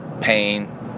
pain